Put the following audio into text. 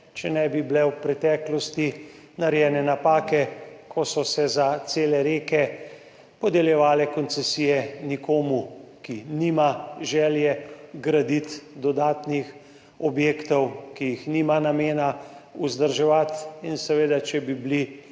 če ne bi bile v preteklosti narejene napake, ko so se za cele reke podeljevale koncesije nekomu, ki nima želje graditi dodatnih objektov, ki jih nima namena vzdrževati, in če bi bili